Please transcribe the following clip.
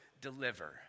deliver